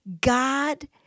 God